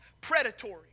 predatory